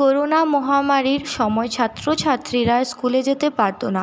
corona মহামারীর সময় ছাত্র ছাত্রীরা স্কুলে যেতে পারতো না